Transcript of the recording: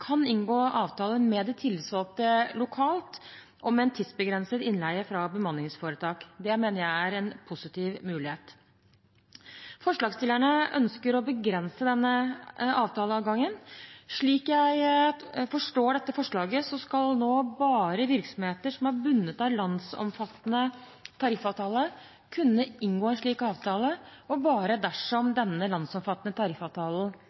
kan inngå avtale med de tillitsvalgte lokalt om tidsbegrenset innleie fra bemanningsforetak. Det mener jeg er en positiv mulighet. Forslagsstillerne ønsker å begrense denne avtaleadgangen. Slik jeg forstår dette forslaget, skal bare virksomheter som er bundet av en landsomfattende tariffavtale, kunne inngå en slik avtale, og bare dersom denne landsomfattende tariffavtalen